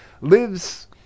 lives